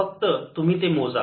फक्त तुम्ही ते मोजा